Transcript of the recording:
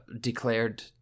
declared